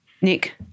Nick